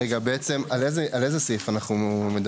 רגע, בעצם על איזה סעיף אנחנו מדברים?